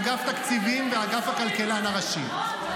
אגף תקציבים ואגף הכלכלן הראשי,